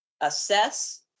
assess